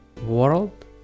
world